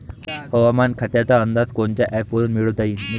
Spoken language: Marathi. हवामान खात्याचा अंदाज कोनच्या ॲपवरुन मिळवता येईन?